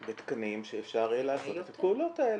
בתקנים שאפשר יהיה לעשות את הפעולות האלו.